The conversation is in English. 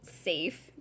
safe